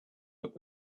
that